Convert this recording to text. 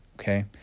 okay